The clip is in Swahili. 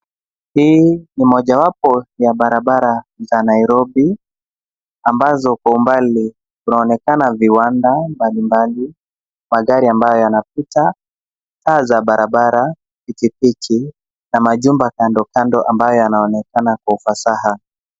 Hii ni mojawapo ya barabara za Nairobi ambazo kwa umbali kunaonekana viwanda mbalimbali, magari ambayo yanapita, taa za barabara, pikipiki na majumba kando kando ambayo yanaonekana kwa ufasaha.